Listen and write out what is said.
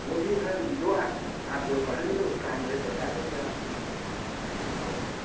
वो भी है जो आप आप जो कहेंगे उसका हम रेट बता देंगे आपको हाँ जी